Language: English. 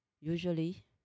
Usually